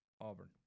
Auburn